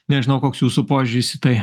nežinau koks jūsų požiūris į tai